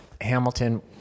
Hamilton